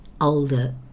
older